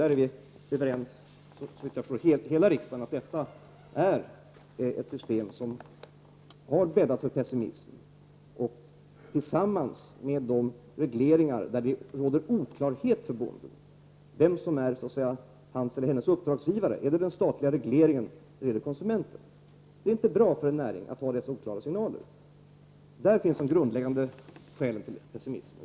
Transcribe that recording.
Såvitt jag förstår är alla ledamöter i riksdagen överens om att detta är ett system som har bäddat för pessimism. Detta gäller också för de regleringar som skapar oklarhet för bonden när det gäller vem som så att säga är hans eller hennes uppdragsgivare. Är det den statliga regleringen, eller är det konsumenten? Det är inte bra för en näring att få så oklara signaler. Där finns den grundläggande orsaken till pessimismen.